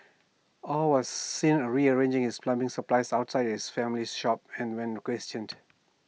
aw was seen rearranging his plumbing supplies outside his family's shop and when requestioned